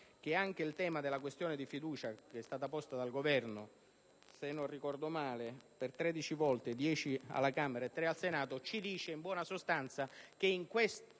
che anche il tema della questione di fiducia, che è stata posta dal Governo, se non ricordo male, per 13 volte (dieci alla Camera e tre al Senato), stia a dimostrare in buona sostanza che in quest'arco